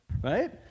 Right